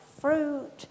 fruit